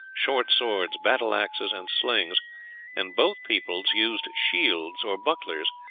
short swords, battle-axes, and slings and both peoples used shields or bucklers,